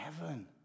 heaven